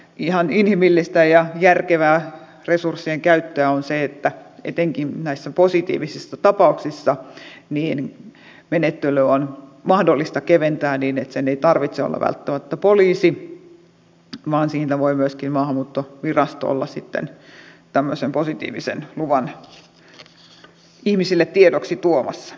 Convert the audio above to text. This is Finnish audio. ihan inhimillistä ja järkevää resurssien käyttöä on se että etenkin näissä positiivisissa tapauksissa menettelyä on mahdollista keventää niin että sen ei tarvitse olla välttämättä poliisi vaan siitä voi myöskin maahanmuuttovirasto olla sitten tämmöisen positiivisen luvan ihmisille tiedoksi tuomassa